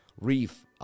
Reef